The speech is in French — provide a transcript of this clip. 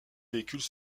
véhicules